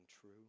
true